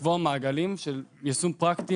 לקבוע מעגלים של יישום פרקטי,